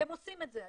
והם עושים את זה היום.